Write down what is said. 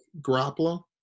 Garoppolo